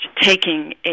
taking